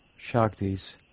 shaktis